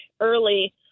early